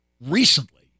recently